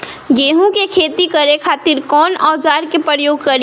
गेहूं के खेती करे खातिर कवन औजार के प्रयोग करी?